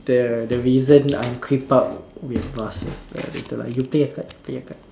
the the reason I'm creeped out with vases but later lah you play a card play a card